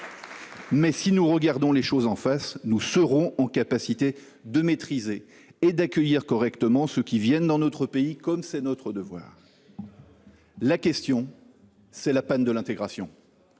étant, si nous regardons les choses en face, nous serons en mesure de maîtriser et d’accueillir correctement ceux qui viennent dans notre pays, comme c’est notre devoir. La question à résoudre, c’est la panne de l’intégration.